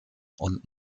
und